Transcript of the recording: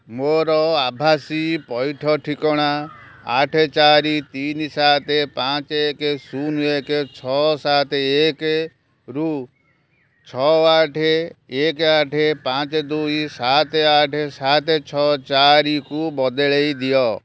ମୋର ଆଭାସୀ ପଇଠ ଠିକଣା ଆଠ ଚାରି ତିନି ସାତ ପାଞ୍ଚ ଏକ ଶୂନ ଏକ ଛଅ ସାତ ଏକ ରୁ ଛଅ ଆଠ ଏକ ଆଠ ପାଞ୍ଚ ଦୁଇ ସାତ ଆଠ ସାତ ଛଅ ଚାରିକୁ ବଦଳେଇ ଦିଅ